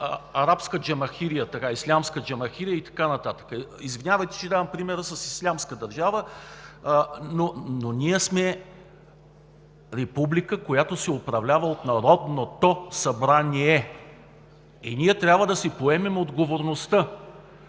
имаше, помните Ислямска джамахирия и така нататък. Извинявайте, че давам пример с ислямска държава. Ние сме република, която се управлява от Народ-но-то събра-ние, и трябва да си поемем отговорността.